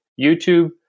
YouTube